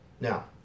Now